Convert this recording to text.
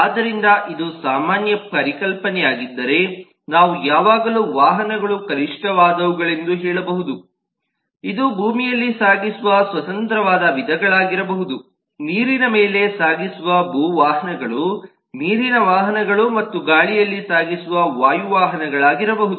ಆದ್ದರಿಂದ ಇದು ಸಾಮಾನ್ಯ ಪರಿಕಲ್ಪನೆಯಾಗಿದ್ದರೆ ನಾವು ಯಾವಾಗಲೂ ವಾಹನಗಳು ಕನಿಷ್ಟವಾದವುಗಳೆಂದು ಹೇಳಬಹುದು ಇದು ಭೂಮಿಯಲ್ಲಿ ಸಾಗಿಸುವ ಸ್ವತಂತ್ರವಾದ ವಿಧಗಳಾಗಿರಬಹುದು ನೀರಿನ ಮೇಲೆ ಸಾಗಿಸುವ ಭೂ ವಾಹನಗಳು ನೀರಿನ ವಾಹನಗಳು ಮತ್ತು ಗಾಳಿಯಲ್ಲಿ ಸಾಗಿಸುವ ವಾಯು ವಾಹನಗಳಾಗಿರಬಹುದು